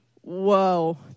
whoa